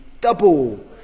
double